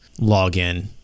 login